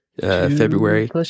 February